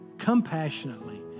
compassionately